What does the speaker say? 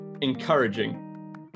encouraging